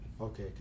Okay